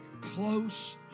close